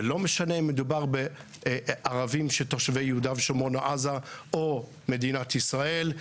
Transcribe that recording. ולא משנה אם מדובר בערבים תושבי יהודה ושומרון או עזה או מדינת ישראל,